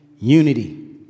unity